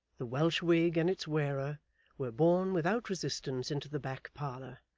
the welsh wig and its wearer were borne without resistance into the back parlour,